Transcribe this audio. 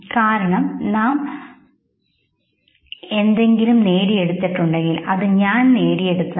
കാരണം എന്തെങ്കിലും നാം നേടിയെടുത്തിട്ടുണ്ടെങ്കിൽ അത് ഞാൻ നേടിയെടുത്തതാണ്